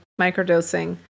microdosing